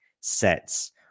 sets